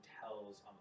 tells